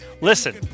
Listen